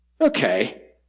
okay